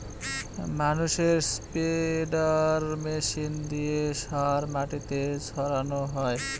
ম্যানুরে spreader machine দিয়ে সার মাটিতে ছড়ানো হয়